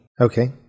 Okay